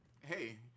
hey